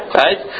right